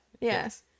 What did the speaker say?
yes